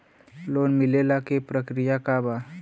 Loan मिलेला के प्रक्रिया का बा?